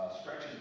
stretches